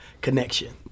connection